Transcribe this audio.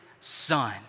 Son